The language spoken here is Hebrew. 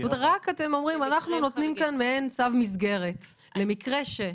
אתם אומרים: אנחנו נותנים כאן מעין צו מסגרת למקרה ש...